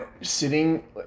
sitting